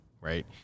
Right